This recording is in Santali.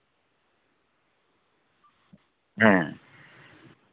ᱦᱮᱸ